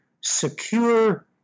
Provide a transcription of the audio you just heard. secure